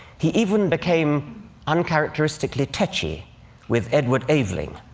he even became uncharacteristically tetchy with edward aveling.